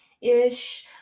ish